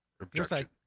Objection